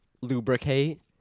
Lubricate